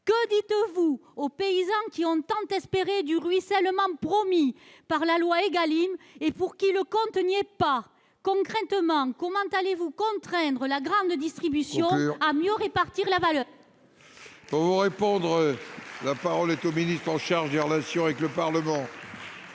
que dites-vous aux paysans qui ont tant espéré du ruissellement promis par la loi Égalim et pour qui le compte n'y est pas ? Concrètement, comment allez-vous contraindre la grande distribution à mieux répartir la valeur ? La parole est à M. le ministre chargé des relations avec le Parlement.